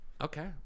okay